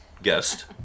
guest